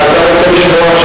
אתה רוצה לשמוע?